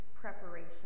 preparation